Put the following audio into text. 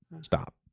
stop